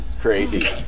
crazy